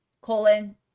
colon